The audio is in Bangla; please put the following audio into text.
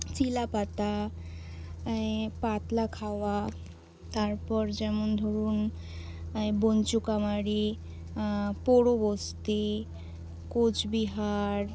চিলাপাতা পাতলাখাওয়া তারপর যেমন ধরুন বাঁচুকামারি পৌরবস্তি কোচবিহার